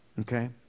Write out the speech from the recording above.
Okay